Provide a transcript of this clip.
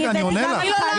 רגע, אני עונה לך.